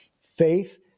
faith